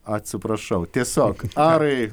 atsiprašau tiesiog arai